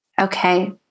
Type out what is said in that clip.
okay